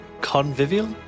Convivial